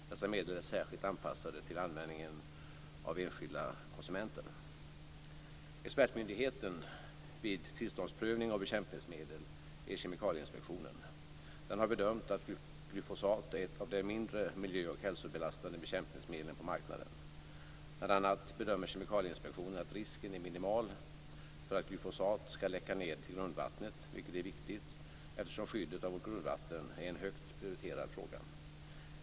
Dessa medel är särskilt anpassade för användning av enskilda konsumenter. Expertmyndigheten vid tillståndprövning av bekämpningsmedel är Kemikalieinspektionen. Kemikalieinspektionen har bedömt att glyfosat är ett av de mindre miljö och hälsobelastande bekämpningsmedlen på marknaden. Bl.a. bedömer Kemikalieinspektionen att risken är minimal för att glyfosat skall läcka ned till grundvattnet, vilket är viktigt eftersom skyddet av vårt grundvatten är en högt prioriterad fråga.